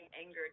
anger